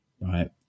right